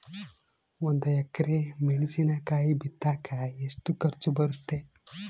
ಒಂದು ಎಕರೆ ಮೆಣಸಿನಕಾಯಿ ಬಿತ್ತಾಕ ಎಷ್ಟು ಖರ್ಚು ಬರುತ್ತೆ?